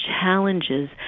challenges